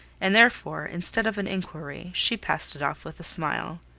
and therefore instead of an inquiry, she passed it off with a smile.